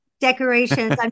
decorations